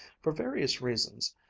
for various reasons,